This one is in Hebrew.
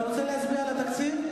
אתה רוצה להצביע על התקציב?